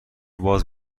باز